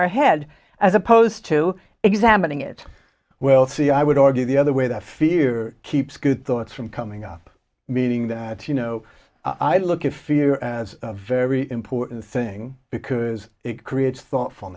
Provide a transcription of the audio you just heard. our head as opposed to examining it well see i would argue the other way that fear keeps good thoughts from coming up meaning that you know i look at fear as a very important thing because it creates thought